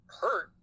hurt